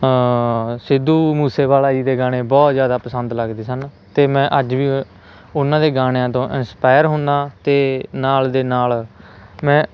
ਸਿੱਧੂ ਮੂਸੇਵਾਲਾ ਜੀ ਦੇ ਗਾਣੇ ਬਹੁਤ ਜ਼ਿਆਦਾ ਪਸੰਦ ਲੱਗਦੇ ਸਨ ਅਤੇ ਮੈਂ ਅੱਜ ਵੀ ਉਹਨਾਂ ਦੇ ਗਾਣਿਆਂ ਤੋਂ ਇੰਸਪਾਇਰ ਹੁੰਦਾ ਅਤੇ ਨਾਲ ਦੇ ਨਾਲ ਮੈਂ